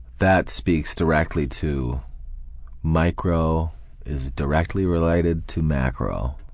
that speaks directly to micro is directly related to macro.